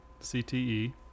CTE